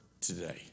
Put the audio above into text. today